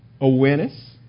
Awareness